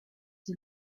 del